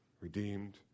redeemed